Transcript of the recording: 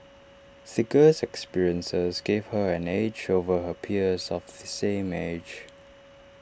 the girl's experiences gave her an edge over her peers of the same age